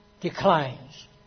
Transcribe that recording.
declines